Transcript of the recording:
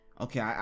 okay